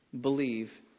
believe